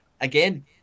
Again